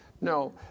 No